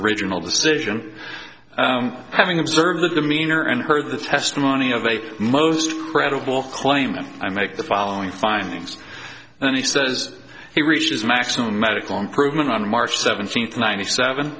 original decision having observed the meaner and heard the testimony of a most credible claim that i make the following findings and he says he reaches maximum medical improvement on march seventeenth ninety seven